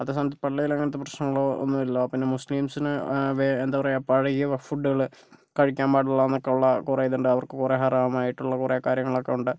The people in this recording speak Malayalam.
അതേ സമയത്ത് പള്ളിയിൽ അങ്ങനത്തെ പ്രശ്നങ്ങളോ ഒന്നുമില്ല പിന്നെ മുസ്ലിംസിന് എന്താ പറയുക പഴകിയ ഫുഡുകള് കഴിക്കാൻ പാടില്ലാന്നൊക്കെ ഉള്ള കുറേ ഇതുണ്ട് അവർക്ക് കുറേ ഹറാമായിട്ടുള്ള കുറേ കാര്യങ്ങളൊക്കെ ഉണ്ട്